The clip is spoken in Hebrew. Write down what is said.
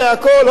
והכול,